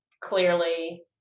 Clearly